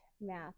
math